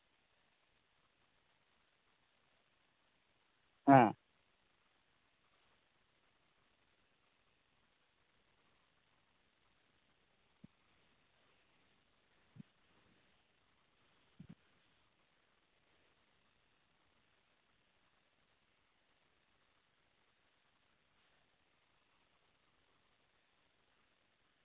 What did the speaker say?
ᱦᱮᱸ